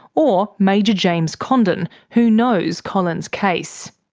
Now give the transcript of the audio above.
or major james condon, who knows colin's case.